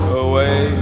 away